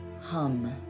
hum